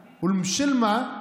ומתרגמם.)